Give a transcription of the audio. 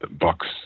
bucks